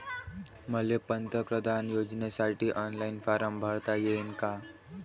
मले पंतप्रधान योजनेसाठी ऑनलाईन फारम भरता येईन का?